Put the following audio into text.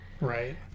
Right